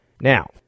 Now